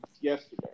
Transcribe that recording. yesterday